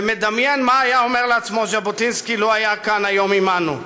ומדמיין מה היה אומר לעצמו ז'בוטינסקי לו היה כאן היום עמנו,